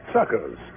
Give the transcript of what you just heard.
suckers